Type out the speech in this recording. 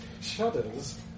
shudders